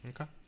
Okay